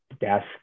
desk